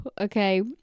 okay